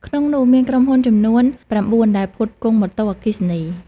ក្នុងនោះ មានក្រុមហ៊ុនចំនួន ៩ ដែលផ្គត់ផ្គង់ម៉ូតូ អគ្គិសនី។